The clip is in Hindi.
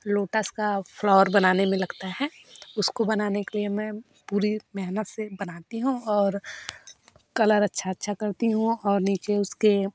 लोटस का फ्लावर बनाने में लगता है उसको बनाने के लिए मैं पूरी मेहनत से बनाती हूँ और कलर अच्छा अच्छा करती हूँ और नीचे उसके